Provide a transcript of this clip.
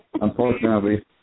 Unfortunately